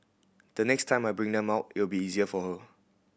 the next time I bring them out it will be easier for her